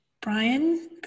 Brian